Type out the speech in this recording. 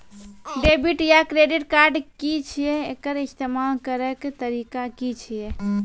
Debit या credit card की छियै? एकर इस्तेमाल करैक तरीका की छियै?